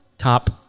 top